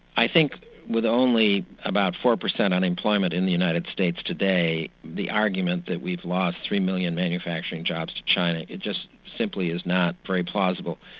i think with only about four percent unemployment in the united states today, the argument that we've lost three million manufacturing jobs to china just simply is not very plausible.